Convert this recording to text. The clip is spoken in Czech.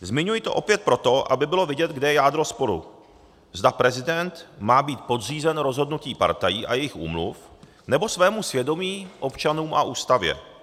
Zmiňuji to opět proto, aby bylo vidět, kde je jádro sporu, zda prezident má být podřízen rozhodnutí partají a jejich úmluv, nebo svému svědomí, občanům a Ústavě.